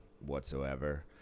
whatsoever